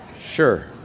Sure